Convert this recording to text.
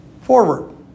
forward